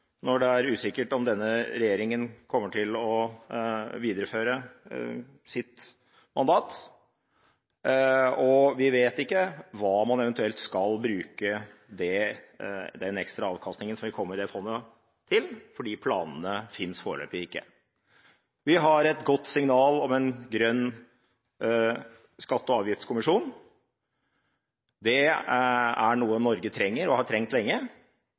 når det er usikkert om denne regjeringen kommer til å videreføre sitt mandat. Vi vet ikke hva man eventuelt skal bruke den ekstra avkastningen som vil komme i det fondet, til, for planene finnes foreløpig ikke. Vi har et godt signal om en grønn skatte- og avgiftskommisjon. Det er noe Norge trenger, og har trengt lenge,